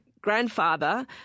grandfather